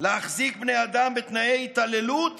להחזיק בני אדם בתנאי התעללות